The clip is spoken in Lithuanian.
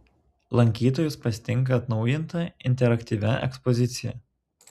lankytojus pasitinka atnaujinta interaktyvia ekspozicija